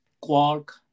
quark